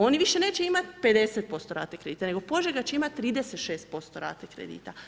Oni više neće imati 50% rate kredita nego Požega će imati 36% rate kredita.